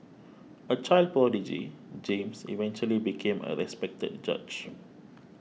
a child prodigy James eventually became a respected judge